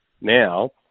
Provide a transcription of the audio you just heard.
now